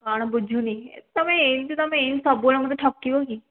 କ'ଣ ବୁଝୁନି ତୁମେ ଏମିତି ତୁମେ ଏମିତି ସବୁବେଳେ ମୋତେ ଠକିବ କି